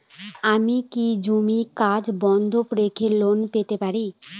আমি কি জমির কাগজ বন্ধক রেখে লোন পেতে পারি?